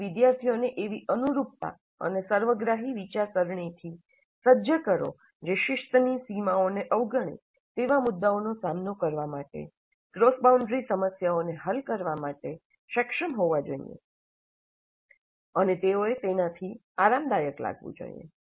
તેથી વિદ્યાર્થીઓને એવી અનુરૂપતા અને સર્વગ્રાહી વિચારસરણીથી સજ્જ કરો જે શિસ્તની સીમાઓને અવગણે તેવા મુદ્દાઓનો સામનો કરવા માટે ક્રોસ બાઉન્ડરી સમસ્યાઓ ને હલ કરવામાં સક્ષમ હોવા જોઈએ અને તેઓએ તેનાથી આરામદાયક લાગવું જોઈએ